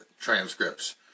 transcripts